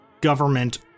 government